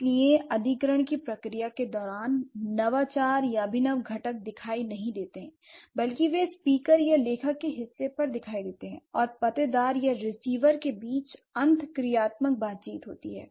इसलिए अधिग्रहण की प्रक्रिया के दौरान नवाचार या अभिनव घटक दिखाई नहीं देते हैं बल्कि वे स्पीकर या लेखक के हिस्से पर दिखाई देते हैं और पतेदार या रिसीवर के बीच अंतःक्रियात्मक बातचीत होती है